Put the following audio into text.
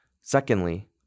Secondly